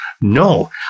No